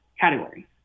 category